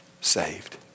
saved